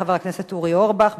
חבר הכנסת אורי אורבך,